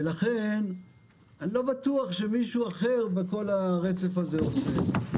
אני לא בטוח שמישהו אחר בכל הרצף הזה עושה את זה.